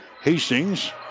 Hastings